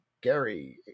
Gary